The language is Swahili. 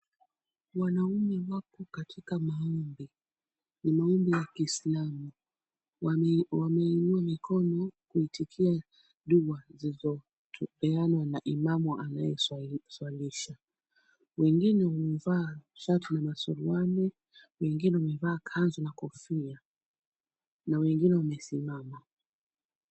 Wanaume wako katika maombi, maombi ya kiislamu. wanainua mikono kuitikia dua zilizotolewa na anayeswailisha. Wengine wamevaa shati na suruali, wengine wamevaa kanzu na kofia na wengine wamesimama.